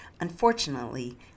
Unfortunately